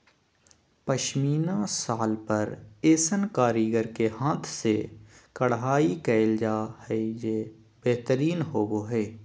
पश्मीना शाल पर ऐसन कारीगर के हाथ से कढ़ाई कयल जा हइ जे बेहतरीन होबा हइ